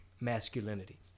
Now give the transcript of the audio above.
masculinity